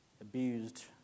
abused